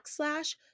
backslash